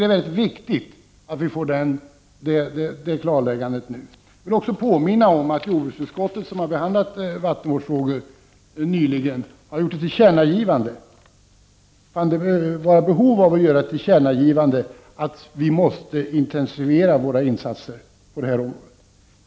Det är mycket viktigt att vi får det klarläggandet nu. Jag vill också påminna om att jordbruksutskottet, som nyligen har behandlat vattenvårdsfrågor, har funnit att det föreligger behov av att göra ett tillkännagivande av att vi måste intensifiera våra insatser på detta område.